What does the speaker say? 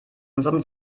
unserem